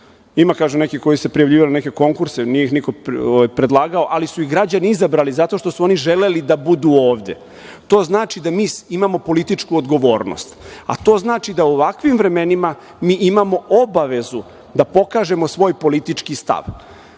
Ima, kažu, nekih koji su se prijavljivali na neke konkurse, nije ih niko predlagao, ali su ih građani izabrali, zato što su oni želeli da budu ovde. To znači da mi imamo političku odgovornost, a to znači da u ovakvim vremenima mi imamo obavezu da pokažemo svoj politički stav. Ko